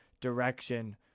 direction